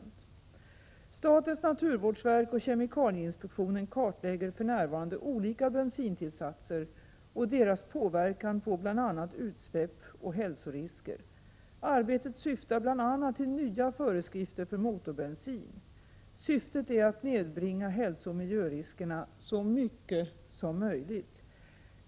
85 Statens naturvårdsverk och kemikalieinspektionen kartlägger för närvarande olika bensintillsatser och deras påverkan på bl.a. utsläpp och hälsorisker. Arbetet syftar bl.a. till nya föreskrifter för motorbensin. Syftet är att nedbringa hälsooch miljöriskerna så mycket som möjligt.